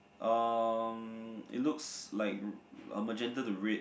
um it looks like a Magenta to red